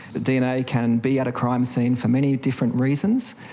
dna can be at a crime scene for many different reasons,